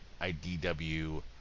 IDW